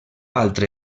altre